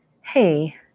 Hey